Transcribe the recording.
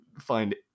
find